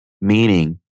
Meaning